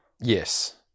yes